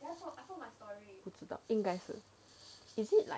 应该是 is it like